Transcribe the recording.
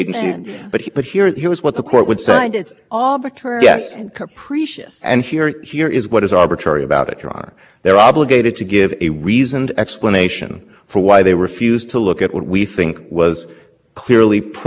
recession or anything else whatever the reason that's irrelevant because it's still the case that you know we all learn from care that when up upwind emissions are reduced to this down when the air quality is that and if you refuse to look at it